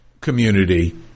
community